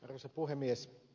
arvoisa puhemies